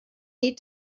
need